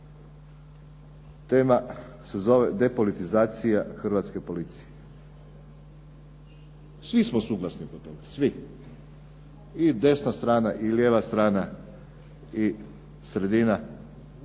Tema se zove depolitizacija hrvatske policije. Svi smo suglasni oko toga, svi i desna strana i lijeva strana i sredina,